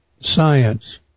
science